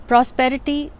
Prosperity